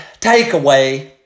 takeaway